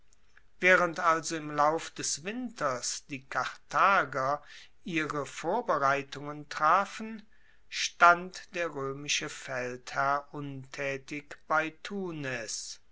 waehrend also im lauf des winters die karthager ihre vorbereitungen trafen stand der roemische feldherr untaetig bei tunes